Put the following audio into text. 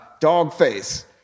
Dogface